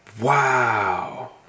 Wow